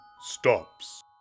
stops